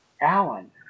Alan